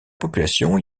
population